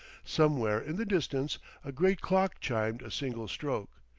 somewhere in the distance a great clock chimed a single stroke,